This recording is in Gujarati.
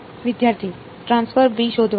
વિદ્યાર્થી ટ્રાન્સફર b શોધવી